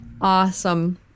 awesome